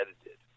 edited